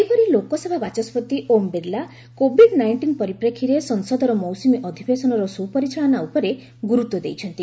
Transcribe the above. ସେହିପରି ଲୋକସଭା ବାଚସ୍କତି Om Birla covid nineteen ପରିପ୍ରେକ୍ଷୀରେ ସଂସଦର ମୌସୁମୀ ଅଧିବେଶନର ସୁପରିଚାଳନା ଉପରେ ଗୁରୁତ୍ୱ ଦେଇଛନ୍ତି